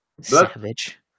savage